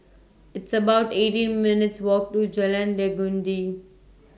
It's about eighteen minutes' Walk to Jalan Legundi